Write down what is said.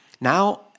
now